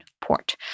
port